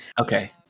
Okay